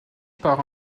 par